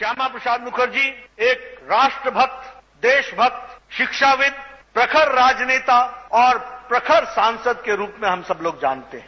श्यामा प्रसाद मुखर्जी एक राष्ट्र भक्त देश भक्त शिक्षाविद प्रखर राजनेता और प्रखर सांसद के रूप में हम सब लोग जानते हैं